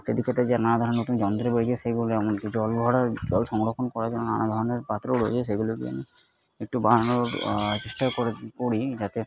ইত্যাদির ক্ষেত্রে যে নানা ধরনের নতুন যন্ত্র বেড়িয়েছে সেইগুলো এমন কি জল ভরা জল সংরক্ষণ করার জন্য নানা ধরনের পাত্র রয়েছে সেগুলিকে আমি একটু বানানোর চেষ্টা করি যাতে